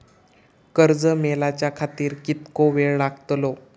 कर्ज मेलाच्या खातिर कीतको वेळ लागतलो?